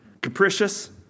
Capricious